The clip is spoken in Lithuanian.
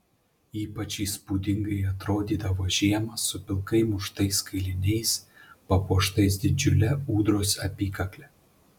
ypač įspūdingai atrodydavo žiemą su pilkai muštais kailiniais papuoštais didžiule ūdros apykakle